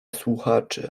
słuchaczy